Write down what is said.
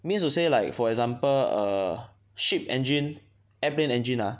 means to say like for example a ship engine airplane engine ah